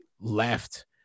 left